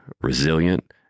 resilient